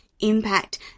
impact